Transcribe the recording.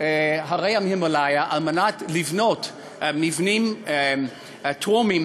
הרי ההימלאיה על מנת לבנות מבנים טרומיים